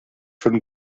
von